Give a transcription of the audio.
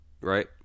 right